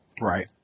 Right